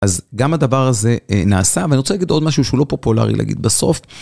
אז גם הדבר הזה נעשה, אבל אני רוצה להגיד עוד משהו שהוא לא פופולרי להגיד בסוף.